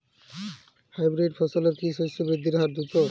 Hybrid ফসলের কি শস্য বৃদ্ধির হার দ্রুত?